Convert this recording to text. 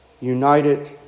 united